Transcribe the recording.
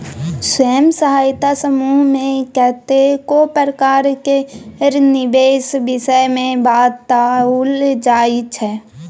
स्वयं सहायता समूह मे कतेको प्रकार केर निबेश विषय मे बताओल जाइ छै